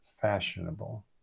fashionable